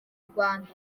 rwanda